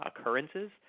occurrences